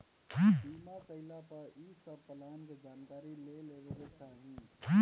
बीमा कईला पअ इ सब प्लान के जानकारी ले लेवे के चाही